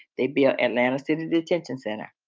they'd be ah an amnesty and detention center